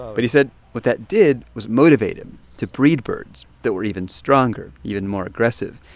but he said what that did was motivate him to breed birds that were even stronger, even more aggressive.